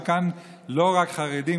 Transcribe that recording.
וכאן לא רק חרדים,